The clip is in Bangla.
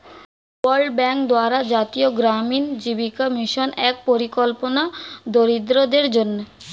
ওয়ার্ল্ড ব্যাংক দ্বারা জাতীয় গ্রামীণ জীবিকা মিশন এক পরিকল্পনা দরিদ্রদের জন্যে